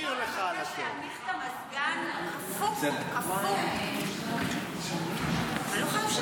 אדוני היושב-ראש, חבריי חברי הכנסת